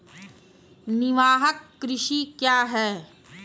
निवाहक कृषि क्या हैं?